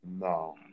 No